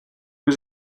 was